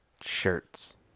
Shirts